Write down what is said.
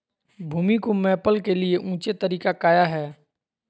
भूमि को मैपल के लिए ऊंचे तरीका काया है?